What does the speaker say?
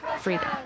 Freedom